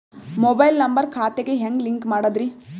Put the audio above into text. Mobile number ಖಾತೆ ಗೆ ಹೆಂಗ್ ಲಿಂಕ್ ಮಾಡದ್ರಿ?